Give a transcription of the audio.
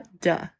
duh